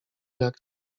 jak